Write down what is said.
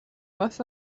must